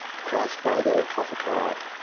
crash by the hover craft,